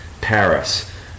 Paris